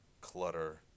clutter